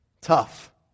Tough